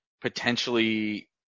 potentially